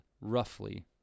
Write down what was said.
roughly